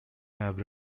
have